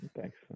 Thanks